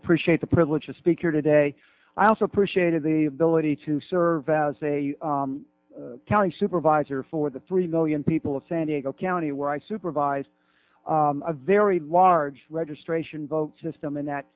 appreciate the privilege to speak here today i also appreciated the ability to serve as a county supervisor for the three million people of san diego county where i supervised a very large registration vote system in that